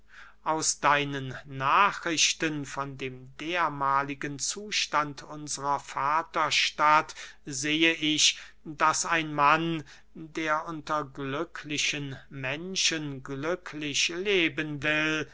aus deinen nachrichten von dem dermahligen zustand unsrer vaterstadt sehe ich daß ein mann der unter glücklichen menschen glücklich leben will